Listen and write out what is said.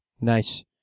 Nice